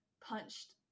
punched